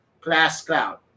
classcloud